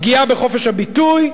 פגיעה בחופש הביטוי,